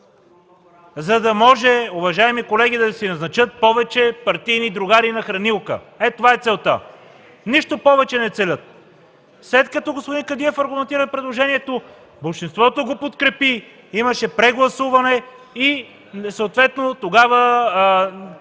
За да може, уважаеми колеги, да се назначат повече партийни другари на хранилка. Ето това е целта! Нищо повече не целят. След като господин Кадиев аргументира предложението, болшинството го подкрепи, имаше прегласуване и съответно не